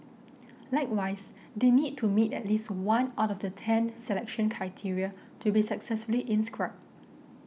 likewise they need to meet at least one out of the ten selection criteria to be successfully inscribed